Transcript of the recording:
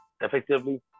effectively